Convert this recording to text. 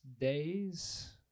days